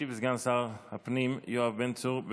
ישיב סגן שר הפנים יואב בן צור,